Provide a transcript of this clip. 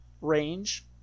range